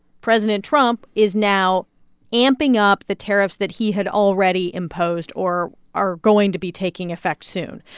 president trump is now amping up the tariffs that he had already imposed or are going to be taking effect soon.